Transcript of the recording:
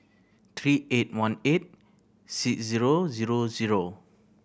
three eight one eight six zero zero zero